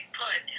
put